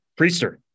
Priester